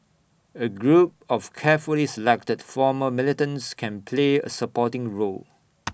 A group of carefully selected former militants can play A supporting role